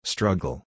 Struggle